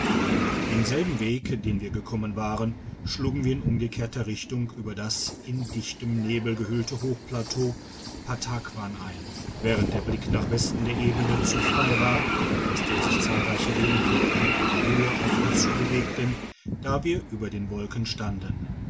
denselben weg den wir gekommen waren schlugen wir in umgekehrter richtung über das in dichtem nebel gehüllte hochplateau pattakwan ein während der blick nach westen der ebene zu frei war aus der sich zahlreiche regenwolken in die höhe auf uns zu bewegten da wir über den wolken standen